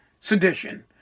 sedition